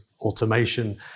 automation